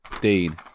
dean